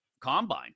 Combine